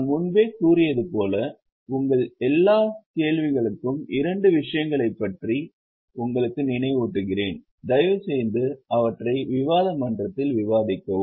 நான் முன்பே கூறியது போல உங்கள் எல்லா கேள்விகளும் இரண்டு விஷயங்களைப் பற்றி உங்களுக்கு நினைவூட்டுகிறேன் தயவுசெய்து அவற்றை விவாத மன்றத்தில் விவாதிக்கவும்